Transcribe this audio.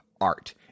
art